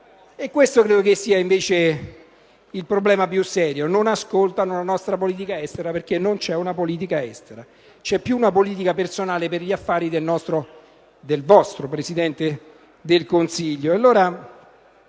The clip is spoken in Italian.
Questo, credo che sia invece il problema più serio: non ascoltano la nostra politica estera, perché non c'è una politica estera. C'è più una politica personale per gli affari del nostro - anzi, del vostro